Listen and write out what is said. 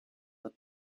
dat